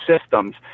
systems